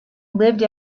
lived